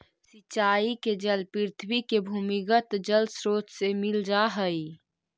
सिंचाई के जल पृथ्वी के भूमिगत जलस्रोत से मिल जा हइ